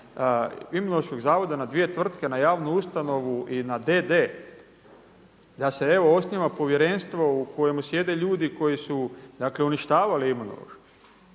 Imunološkog zavoda na dvije tvrtke, na javnu ustanovu i na d.d. Da se evo osniva povjerenstvo u kojemu sjede ljudi koji su dakle uništavali Imunološki.